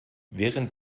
während